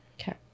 okay